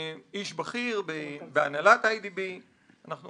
איש בכיר בהנהלת איי די בי, שאנחנו